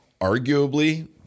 arguably